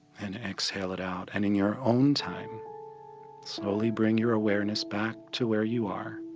and exhale it out, and in your own time slowly bring your awareness back to where you are